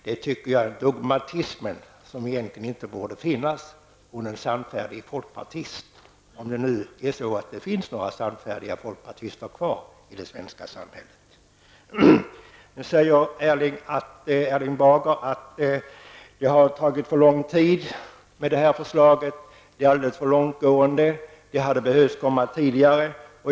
Det tycker jag är en form av dogmatism som egentligen inte borde finnas hos en sannfärdig folkpartist -- om det nu finns några sannfärdiga folkpartister kvar i det svenska samhället. Erling Bager säger att det har tagit för lång tid att få fram förslaget, att det är för långtgående och att det hade behövt komma tidigare.